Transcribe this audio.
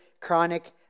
chronic